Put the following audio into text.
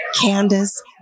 Candace